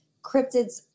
cryptids